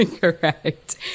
Correct